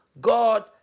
God